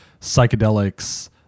psychedelics